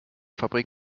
fabrik